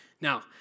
Now